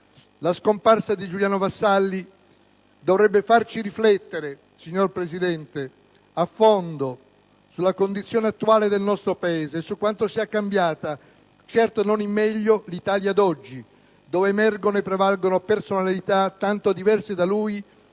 La scomparsa di Giuliano Vassalli, signor Presidente, dovrebbe farci riflettere a fondo sulla condizione attuale del nostro Paese e su quanto sia cambiata, certo non in meglio, l'Italia d'oggi, dove emergono e prevalgono personalità tanto diverse da lui e